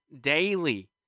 daily